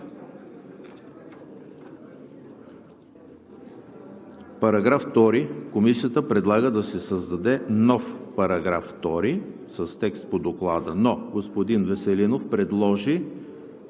е прието. Комисията предлага да се създаде нов § 2 с текст по Доклада, но господин Веселинов предложи